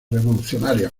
revolucionarias